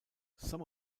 some